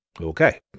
Okay